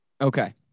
Okay